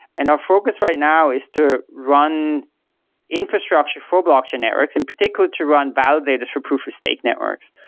and our focus right now is to run infrastructure for blockchain networks, and particularly to run validators for proof of stake networks.